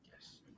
Yes